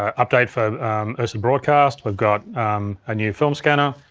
ah update for ursa broadcast. we've got a new film scanner.